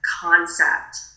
concept